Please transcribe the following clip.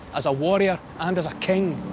as a warrior, and as a king.